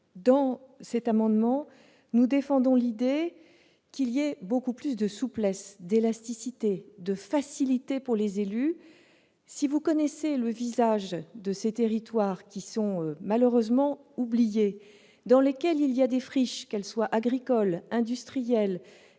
Par cet amendement, nous défendons l'idée de laisser beaucoup plus de souplesse, d'élasticité, de facilité aux élus. Si vous connaissez le visage de ces territoires malheureusement oubliés, constellés de friches, qu'elles soient agricoles, artisanales,